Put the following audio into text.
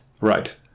Right